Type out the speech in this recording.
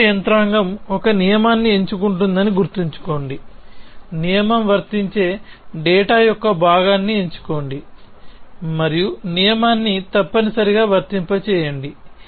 ప్రాథమిక యంత్రాంగం ఒక నియమాన్ని ఎంచుకుంటుందని గుర్తుంచుకోండి నియమం వర్తించే డేటా యొక్క భాగాన్ని ఎంచుకోండి మరియు నియమాన్ని తప్పనిసరిగా వర్తింపజేయండి